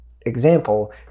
example